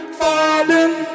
falling